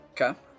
Okay